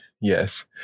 Yes